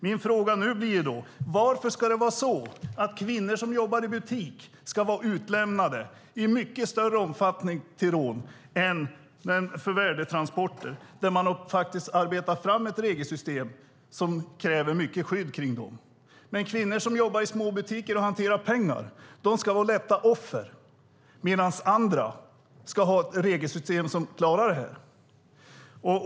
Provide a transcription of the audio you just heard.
Min fråga nu blir: Varför ska det vara så att kvinnor som jobbar i butik ska vara utlämnade till rån i mycket större omfattning än värdetransporter, där man faktiskt har arbetat fram ett regelsystem som kräver mycket skydd kring dem? Kvinnor som jobbar i småbutiker och hanterar pengar ska vara lätta offer, medan andra ska ha ett regelsystem som klarar det här.